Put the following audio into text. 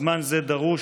זמן זה דרוש,